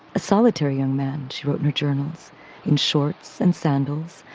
a solitary young man, she wrote in her journals in shorts and sandals,